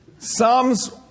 Psalms